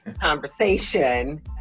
conversation